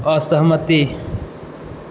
असहमति